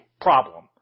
problem